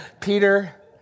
Peter